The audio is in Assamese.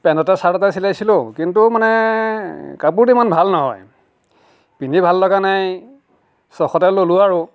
পেন্ট এটাই চাৰ্ট এটাই চিলাইছিলোঁ কিন্তু মানে কাপোৰটো ইমান ভাল নহয় পিন্ধি ভাল লগা নাই চখতে ললোঁ আৰু